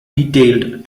detailed